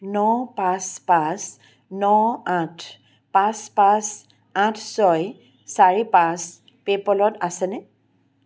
ন পাঁচ পাঁচ ন আঠ পাঁচ পাঁচ আঠ ছয় চাৰি পাঁচ পে'পলত আছেনে